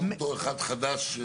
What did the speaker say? גם בתור אחד חדש.